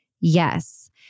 Yes